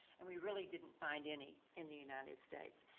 and we really didn't find any in the united states.